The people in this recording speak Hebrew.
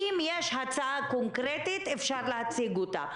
אם יש הצעה קונקרטית, אפשר להציג אותה.